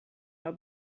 her